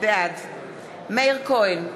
בעד מאיר כהן,